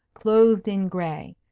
clothed in gray,